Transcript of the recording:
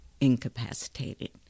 incapacitated